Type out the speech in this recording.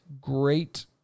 great